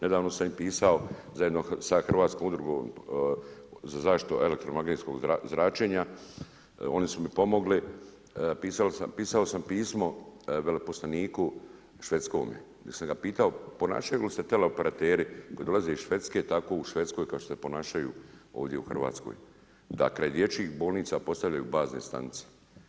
Nedavno sam pisao za jednu hrvatsku Udrugu za zaštitu elektromagnetskog zračenja, oni su mi pomogli, pisao sam, pisao sam pismo Veleposlaniku Švedskome di sam ga pitao ponašaju se teleoperateri koji dolaze iz Švedske tako u Švedskoj kao što se ponašaju ovdje u Hrvatskoj, da kraj dječji bolnica postavljaju bazne stanice.